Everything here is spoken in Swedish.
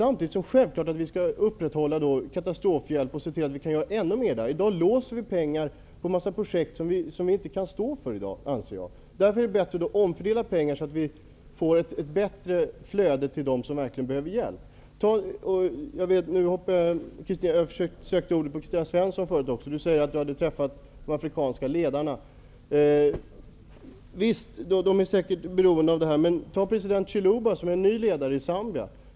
Samtidigt skall vi självfallet upprätthålla katastrofhjälpen och se till att vi kan göra ännu mer. Nu låser vi pengar för projekt som jag anser att vi i dag inte kan stå för. Det är bättre att vi omfördelar pengarna, så att vi får ett större flöde till dem som verkligen behöver hjälp. Jag ville tidigare ha en replik på Kristina Svenssons anförande. Hon sade att hon hade träffat afrikanska ledare. De är säkerligen beroende av vårt stöd. Men ta som exempel president Chiluba, som är den nye ledaren i Zambia.